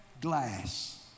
glass